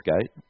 gate